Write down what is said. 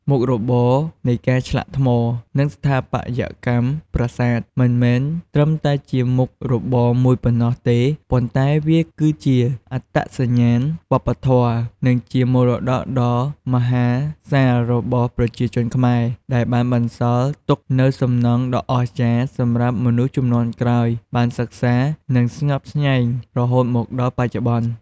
មុខរបរនៃការឆ្លាក់ថ្ម និងស្ថាបត្យកម្មប្រាសាទ មិនមែនត្រឹមតែជាមុខរបរមួយប៉ុណ្ណោះទេ ប៉ុន្តែវាគឺជាអត្តសញ្ញាណវប្បធម៌ និងជាមរតកដ៏មហាសាលរបស់ប្រជាជនខ្មែរ ដែលបានបន្សល់ទុកនូវសំណង់ដ៏អស្ចារ្យសម្រាប់មនុស្សជំនាន់ក្រោយបានសិក្សា និងស្ញប់ស្ញែងរហូតមកដល់បច្ចុប្បន្ន។